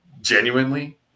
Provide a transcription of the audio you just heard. genuinely